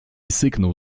syknął